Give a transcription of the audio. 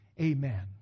Amen